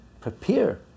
prepare